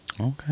Okay